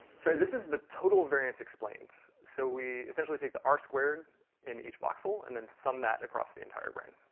sir this is the total variance explained. so we essentially take the r squared in each voxel, and then sum that across the entire brain.